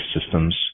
systems